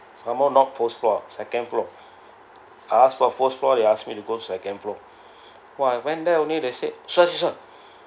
some more not fourth floor second floor asked for fourth floor they asked me to go second floor !wah! I went there only they said sir sir